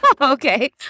Okay